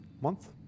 month